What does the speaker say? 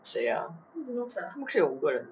谁 ah 他们可以有五个人